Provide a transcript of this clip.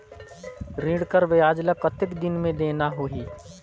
ऋण कर ब्याज ला कतेक दिन मे देना होही?